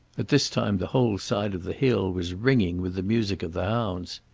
at this time the whole side of the hill was ringing with the music of the hounds.